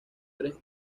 tres